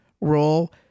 role